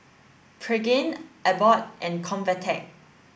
Pregain Abbott and Convatec